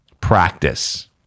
practice